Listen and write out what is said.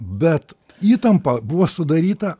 bet įtampa buvo sudaryta